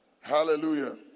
Hallelujah